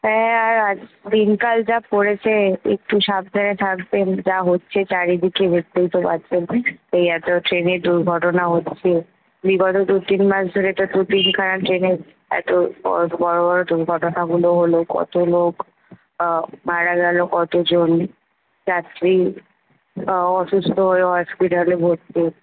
হ্যাঁ আর আজ দিনকাল যা পড়েছে একটু সাবধানে থাকবেন যা হচ্ছে চারিদিকে বুসতেই তো পাচ্ছেন এই এতো ট্রেনের দুর্ঘটনা হচ্ছে এবারও দু তিন মাস ধরে তো দু তিনখানা ট্রেনের এতো বড় বড় বড় দুর্ঘটনাগুলো হল কতো লোক মারা গেল কতো জন যাত্রী তাও অসুস্থ হয়ে হসপিটালে ভর্তি